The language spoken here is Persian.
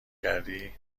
کردی